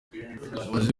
ntibazi